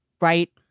right